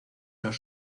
los